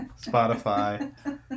Spotify